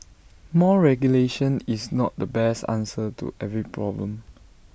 more regulation is not the best answer to every problem